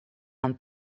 een